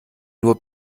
nur